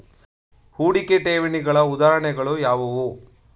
ಹೂಡಿಕೆ ಠೇವಣಿಗಳ ಉದಾಹರಣೆಗಳು ಯಾವುವು?